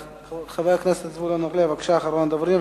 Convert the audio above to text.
חבר הכנסת זבולון אורלב, בבקשה, אחרון הדוברים.